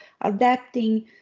adapting